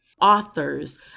authors